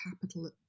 capital